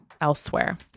elsewhere